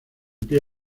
pie